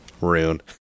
Rune